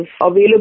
available